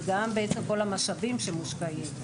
וגם כל המשאבים שמושקעים.